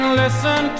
listen